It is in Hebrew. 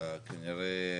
כנראה